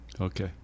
Okay